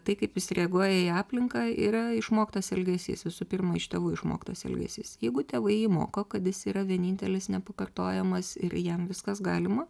tai kaip jis reaguoja į aplinką yra išmoktas elgesys visų pirma iš tėvų išmoktas elgesys jeigu tėvai jį moko kad jis yra vienintelis nepakartojamas ir jam viskas galima